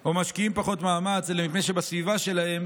או משקיעים פחות מאמץ אלא מפני שבסביבה שלהם